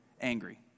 angry